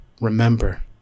remember